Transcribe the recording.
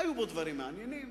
היו בו דברים מעניינים.